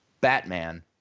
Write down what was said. Batman